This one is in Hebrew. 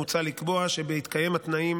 מוצע לקבוע שבהתקיים התנאים,